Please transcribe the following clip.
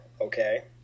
Okay